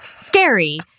scary